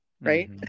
right